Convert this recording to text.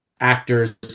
actors